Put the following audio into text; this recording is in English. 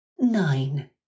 Nine